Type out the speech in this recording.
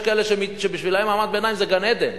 יש כאלה שבשבילם מעמד ביניים זה גן-עדן.